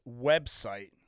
website